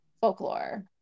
Folklore